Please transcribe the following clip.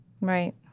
Right